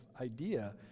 idea